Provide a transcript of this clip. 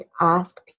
ask